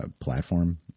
platform